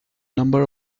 number